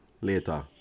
Later